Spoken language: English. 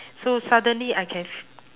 so suddenly I can f~